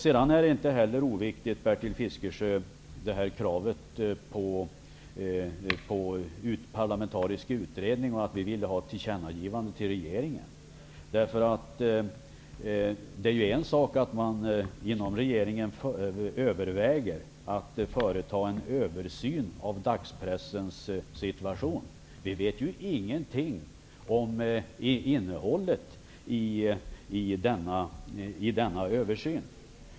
Sedan är det inte heller oviktigt, Bertil Fiskesjö, med kravet på parlamentarisk utredning och att vi vill ha ett tillkännagivande till regeringen. Det är en sak att man inom regeringen överväger att företa en översyn av dagspressens situation. Vi vet ju ingenting om innehållet i denna översyn.